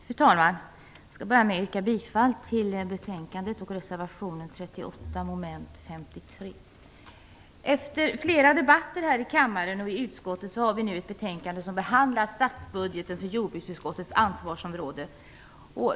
Fru talman! Jag skall börja med att yrka bifall till hemställan i betänkandet och till reservation 38 mom. Efter flera debatter här i kammaren och i utskottet har vi nu ett betänkande som behandlar statsbudgeten för jordbruksutskottets ansvarsområde.